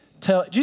tell